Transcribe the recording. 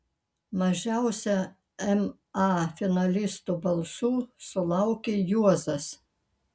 mažiausia ma finalistų balsų sulaukė juozas